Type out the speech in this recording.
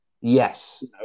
Yes